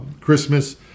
Christmas